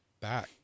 back